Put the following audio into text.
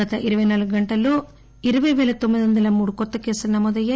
గత ఇరవై నాలుగు గంటల్లో ఇరవై వేల తొమ్మిది వందల మ్ముడు కొత్త కేసులు నమోదయ్యాయి